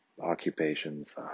occupations